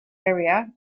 area